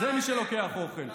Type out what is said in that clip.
זה מי שלוקח אוכל.